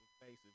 faces